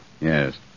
Yes